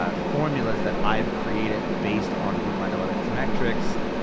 ah formulas that i've created based on google analytics metrics,